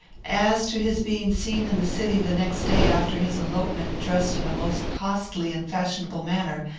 as to his being seen in the city the next day after his elopement, dressed in a most costly and fashionable manner,